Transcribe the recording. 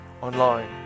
online